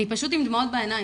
אני פשוט עם דמעות בעיניים.